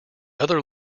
other